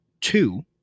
two